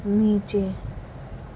نیچے